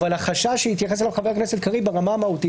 אבל החשש שהתייחס אליו חבר הכנסת קריב ברמה המהותית,